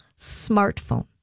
smartphone